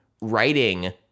writing